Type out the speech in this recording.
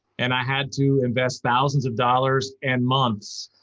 and i had to invest thousands of dollars and months